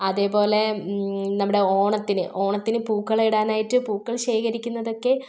അതേപോലെ നമ്മുടെ ഓണത്തിന് ഓണത്തിന് പൂക്കളം ഇടാനായിട്ട് പൂക്കൾ ശേഖരിക്കുന്നതൊക്കെ